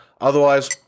Otherwise